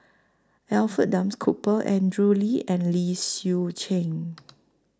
Alfred Duff Cooper Andrew Lee and Low Swee Chen